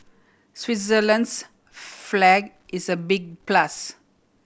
Switzerland's flag is a big plus